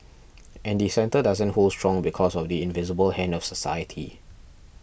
and the centre doesn't hold strong because of the invisible hand of society